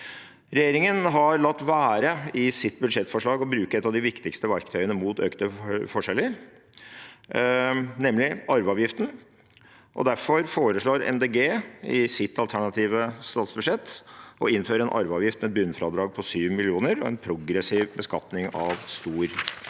Regjeringen har i sitt budsjettforslag latt være å bruke et av de viktigste verktøyene mot økte forskjeller, nemlig arveavgiften. Derfor foreslår Miljøpartiet De Grønne i sitt alternative statsbudsjett å innføre en arveavgift med bunnfradrag på 7 mill. kr og en progressiv beskatning av stor arv.